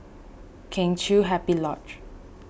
Kheng Chiu Happy Lodge